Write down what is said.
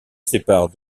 séparent